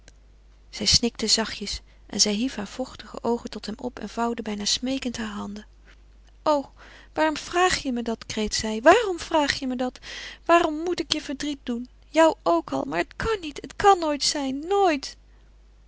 zij snikte zachtjes en zij hief nu hare vochtige oogen tot hem op en vouwde bijna smeekend hare handen o waarom vraag je me dat kreet zij waarom vraag je me dat waarom moet ik je verdriet doen jou ook al maar het kan niet het kan nooit zijn nooit